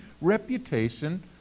reputation